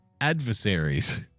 adversaries